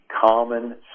common